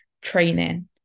training